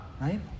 right